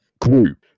group